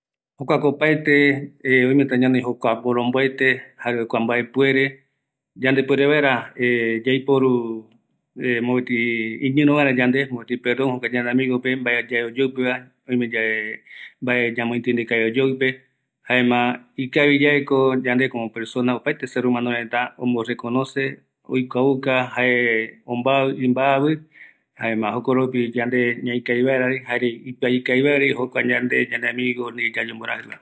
Oïmetako anoi mboromboete, jare aikuaukatako se ambaavɨ va, jare ïñiro vaera seve, se ko añeñonota tekope, jaeramo se äeni aiporu vaera supe ïñiro vaera seve